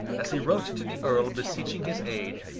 as he wrote to the earl beseeching his aid,